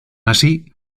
así